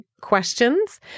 questions